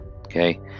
Okay